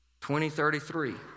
2033